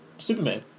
Superman